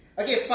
okay